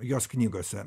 jos knygose